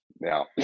Now